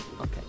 Okay